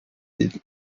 eat